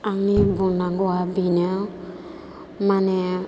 आंनि बुंनांगौआ बेनो माने